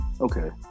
okay